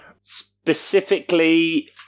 Specifically